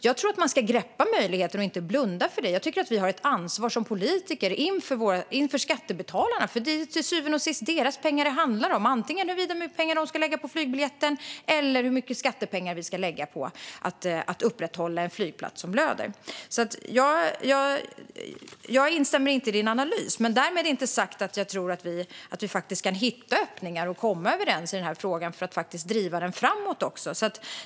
Jag tror att man ska greppa möjligheten och inte blunda för det. Jag tycker att vi som politiker har ett ansvar inför skattebetalarna, för det är ju till syvende och sist deras pengar. Det handlar om antingen hur mycket pengar de ska lägga på flygbiljetten eller hur mycket skattepengar vi ska lägga på att upprätthålla en flygplats som blöder. Jag instämmer inte i din analys, men därmed är inte sagt att jag inte tror att vi att vi faktiskt kan hitta öppningar och komma överens i den här frågan för att driva den framåt.